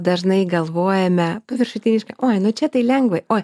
dažnai galvojame paviršutiniškai oi nu čia tai lengva o